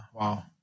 Wow